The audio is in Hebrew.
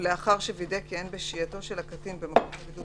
-- "ולאחר שווידא כי אין בשהייתו של הקטין במקום לבידוד